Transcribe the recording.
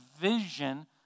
vision